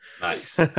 Nice